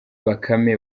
bakame